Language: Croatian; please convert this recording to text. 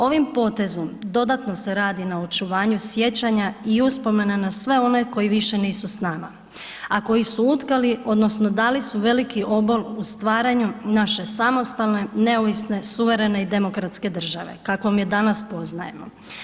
Ovim potezom dodatno se radi na očuvanju sjećanja i uspomene na sve one koji više nisu s nama a koji su utkali odnosno dali su veliki obol u stvaranju naše samostalne, neovisne, suvremene i demokratske države kakvom je danas poznajemo.